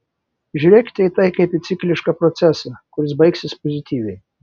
žiūrėkite į tai kaip į ciklišką procesą kuris baigsis pozityviai